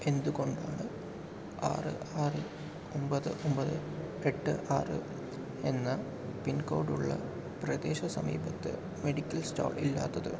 എന്തുകൊണ്ടാണ് ആറ് ആറ് ഒമ്പത് ഒമ്പത് എട്ട് ആറ് എന്ന പിൻകോഡുള്ള പ്രദേശ സമീപത്ത് മെഡിക്കൽ സ്റ്റോർ ഇല്ലാത്തത്